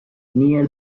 near